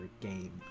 game